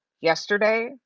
yesterday